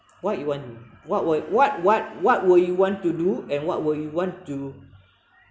what you want what what what what what will you want to do and what will you want to